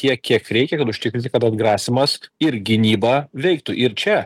tiek kiek reikia kad užtikrinti kad atgrasymas ir gynyba veiktų ir čia